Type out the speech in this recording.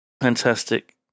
fantastic